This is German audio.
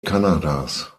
kanadas